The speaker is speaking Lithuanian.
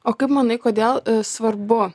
o kaip manai kodėl svarbu